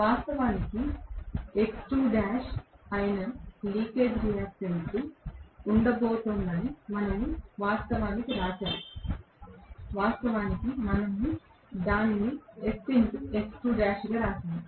వాస్తవానికి X2l అయిన leakage reactance ఉండబోతోందని మనము వాస్తవానికి వ్రాసాము వాస్తవానికి మనము దానిని sX2l గా వ్రాసాము